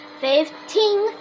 Fifteen